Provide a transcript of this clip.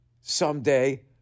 someday